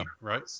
right